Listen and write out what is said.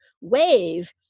wave